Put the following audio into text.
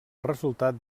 resultat